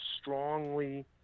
strongly